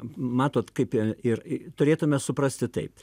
matot kaip ir turėtume suprasti taip